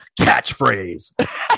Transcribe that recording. catchphrase